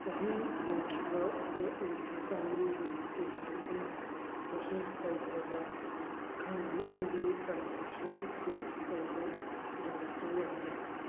ꯆꯍꯤ ꯂꯣꯏꯈꯤꯕꯗ ꯂꯨꯄꯥ ꯆꯥꯝꯃꯔꯤꯒꯤ ꯔꯤꯐꯟ ꯑꯃ ꯄ꯭ꯔꯣꯁꯦꯁ ꯇꯧꯈ꯭ꯔꯕ꯭ꯔꯥ ꯈꯪꯅꯅꯕꯒꯤ ꯇ꯭ꯔꯥꯟꯖꯦꯛꯁꯟ ꯆꯦꯛ ꯇꯧꯕ ꯖꯣꯃꯥꯇꯣ ꯌꯥꯒꯗ꯭ꯔꯥ